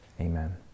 Amen